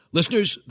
Listeners